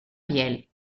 piel